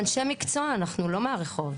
אנחנו אנשי מקצוע, אנחנו לא מהרחוב.